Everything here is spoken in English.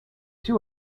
two